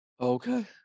Okay